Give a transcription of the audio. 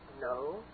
No